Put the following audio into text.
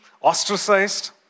ostracized